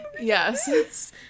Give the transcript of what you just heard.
yes